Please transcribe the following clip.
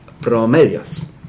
promedios